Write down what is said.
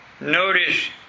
Notice